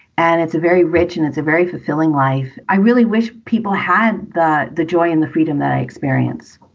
and it's a very rich and it's a very fulfilling life. i really wish people had the the joy and the freedom that i experience.